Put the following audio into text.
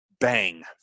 bang